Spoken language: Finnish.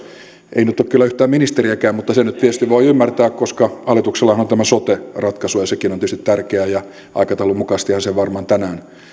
ei nyt ole kyllä yhtään ministeriäkään mutta sen nyt tietysti voi ymmärtää koska hallituksellahan on tämä sote ratkaisu ja sekin on tietysti tärkeä ja aikataulun mukaisestihan se varmaan tänään